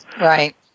Right